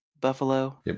Buffalo